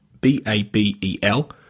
B-A-B-E-L